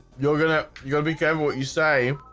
you're gonna go be careful what you say